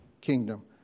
kingdom